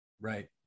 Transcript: Right